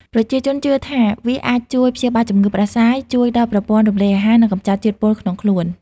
ប្រជាជនជឿថាវាអាចជួយព្យាបាលជំងឺផ្តាសាយ ជួយដល់ប្រព័ន្ធរំលាយអាហារ និងកម្ចាត់ជាតិពុលក្នុងខ្លួន។